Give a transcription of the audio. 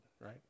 right